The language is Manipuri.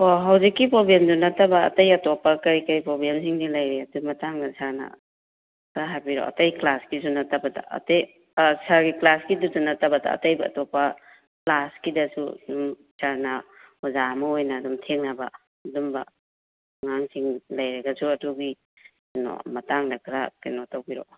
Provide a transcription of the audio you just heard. ꯍꯣ ꯍꯧꯖꯤꯛꯀꯤ ꯄ꯭ꯔꯣꯕ꯭ꯂꯦꯝꯗꯨ ꯅꯠꯇꯕ ꯑꯇꯩ ꯑꯇꯣꯞꯄ ꯀꯔꯤ ꯀꯔꯤ ꯄ꯭ꯔꯣꯕ꯭ꯂꯦꯝꯁꯤꯡꯗꯤ ꯂꯩꯔꯤ ꯑꯗꯨ ꯃꯇꯥꯡꯗ ꯁꯥꯔꯅ ꯈꯔ ꯍꯥꯏꯕꯤꯔꯛꯑꯣ ꯑꯇꯩ ꯀ꯭ꯂꯥꯁꯀꯤꯁꯨ ꯅꯠꯇꯕꯗ ꯑꯇꯩ ꯁꯥꯔꯒꯤ ꯀ꯭ꯂꯥꯁꯀꯤꯗꯨꯁꯨ ꯅꯠꯇꯕꯗ ꯑꯇꯩꯗ ꯑꯇꯣꯞꯄ ꯀ꯭ꯂꯥꯁꯀꯤꯗꯁꯨ ꯁꯥꯔꯅ ꯑꯣꯖꯥ ꯑꯃ ꯑꯣꯏꯅ ꯑꯗꯨꯝ ꯊꯦꯡꯅꯕ ꯑꯗꯨꯒꯨꯝꯕ ꯑꯉꯥꯡꯁꯤꯡ ꯂꯩꯔꯒꯁꯨ ꯑꯗꯨꯒꯤ ꯀꯩꯅꯣ ꯃꯇꯥꯡꯗ ꯈꯔ ꯀꯩꯅꯣ ꯇꯧꯕꯤꯔꯛꯑꯣ